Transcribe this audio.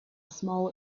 small